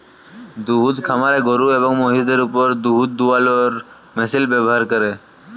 দুহুদ খামারে গরু এবং মহিষদের উপর দুহুদ দুয়ালোর মেশিল ব্যাভার ক্যরে